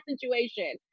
situation